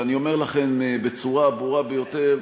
ואני אומר לכם בצורה הברורה ביותר,